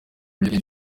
akenshi